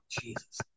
Jesus